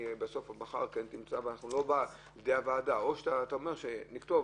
או שאתה אומר שנכתוב